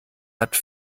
hat